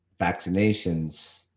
vaccinations